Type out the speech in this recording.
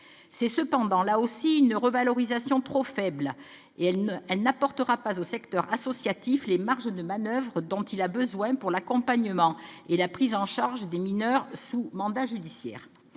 s'agit pourtant, là aussi, d'une revalorisation trop faible, qui n'apportera pas au secteur associatif les marges de manoeuvre dont il a besoin pour l'accompagnement et la prise en charge des mineurs sous mandat judiciaire.